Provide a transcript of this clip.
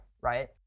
right